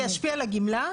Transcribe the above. זה ישפיע על הגמלה?